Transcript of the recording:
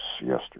yesterday